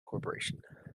corporation